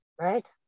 Right